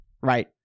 Right